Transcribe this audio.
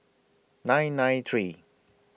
nine nine three